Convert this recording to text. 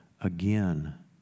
again